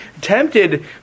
tempted